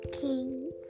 King